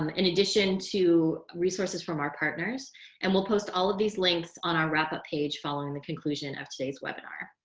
um in addition to resources from our partners and we'll post all of these links on our wrap up page following the conclusion of today's webinar.